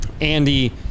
Andy